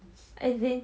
as in